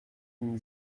d’une